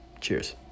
Cheers